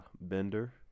bender